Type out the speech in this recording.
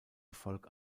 erfolg